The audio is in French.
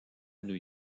new